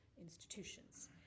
Institutions